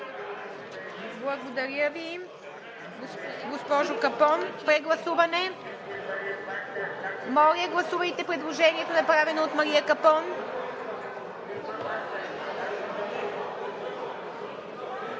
Благодаря Ви, госпожо Капон. Моля, гласувайте предложението, направено от Мария Капон